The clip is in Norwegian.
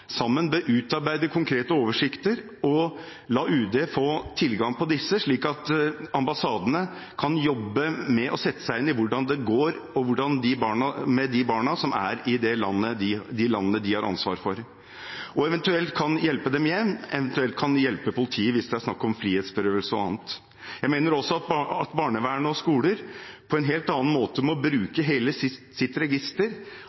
sammen bør utarbeide konkrete oversikter og la UD få tilgang til disse, slik at ambassadene kan jobbe med å sette seg inn i hvordan det går med de barna som er i de landene de har ansvar for, eventuelt hjelpe dem hjem – eventuelt hjelpe politiet, hvis det er snakk om frihetsberøvelse og annet. Jeg mener også at barnevernet og skoler på en helt annen måte må